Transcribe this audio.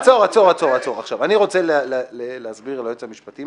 עצור, אני רוצה להגיד משהו ליועץ המשפטי.